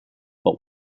but